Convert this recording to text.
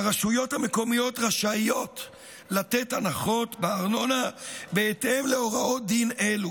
הרשויות המקומיות רשאיות לתת הנחות בארנונה בהתאם להוראות דין אלו.